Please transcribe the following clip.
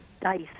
dice